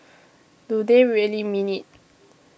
do they really mean it